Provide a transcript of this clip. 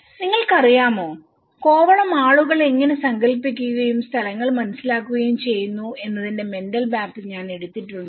നിങ്ങൾക്കറിയാമോ കോവളം ആളുകൾ എങ്ങനെ സങ്കൽപ്പിക്കുകയും സ്ഥലങ്ങൾ മനസ്സിലാക്കുകയും ചെയ്യുന്നു എന്നതിന്റെ മെന്റൽ മാപ് ഞാൻ എടുത്തിട്ടുണ്ട്